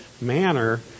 manner